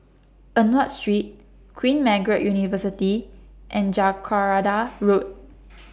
Eng Watt Street Queen Margaret University and Jacaranda Road